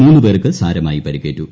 മൂന്ന് പേർക്ക് സാരമായി പരിക്കേറ്റു